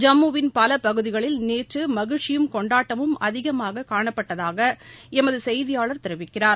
ஜம்முவின் பல பகுதிகளில் நேற்று மகிழ்ச்சியும் கொண்டாட்டமும் அதிகமாக காணப்பட்டதாக எமது செய்தியாளர் தெரிவிக்கிறார்